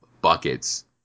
buckets